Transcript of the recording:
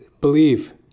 believe